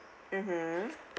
mmhmm